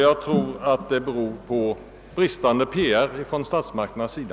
Jag tror att det beror på bristande PR från statsmakternas sida.